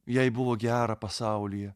jai buvo gera pasaulyje